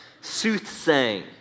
Soothsaying